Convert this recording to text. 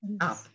up